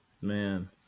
man